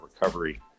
recovery